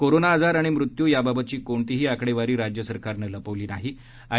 corona आजार आणि मृत्यू याबाबतची कोणतीही आकडेवारी राज्यसरकारनं लपवली नाही आय